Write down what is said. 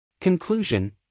Conclusion